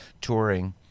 touring